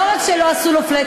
לא רק שלא עשו לו flat,